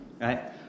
right